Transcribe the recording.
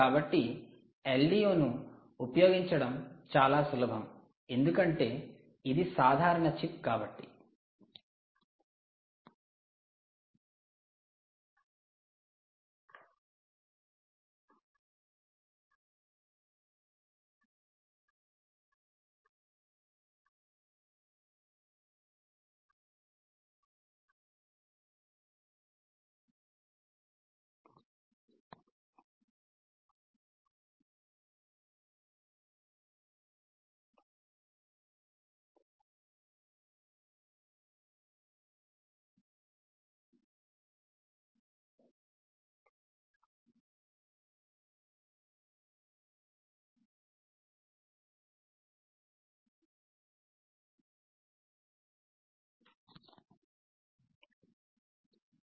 కాబట్టి LDO ను ఉపయోగించడం చాలా సులభం ఎందుకంటే ఇది సాధారణ చిప్ కాబట్టి నేను దానికి Vin ఇస్తాను